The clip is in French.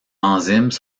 enzymes